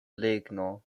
regno